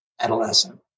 adolescent